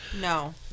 No